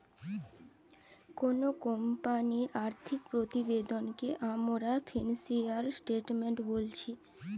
কুনো কোম্পানির আর্থিক প্রতিবেদনকে আমরা ফিনান্সিয়াল স্টেটমেন্ট বোলছি